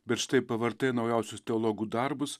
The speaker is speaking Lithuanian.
bet štai pavartai naujausius teologų darbus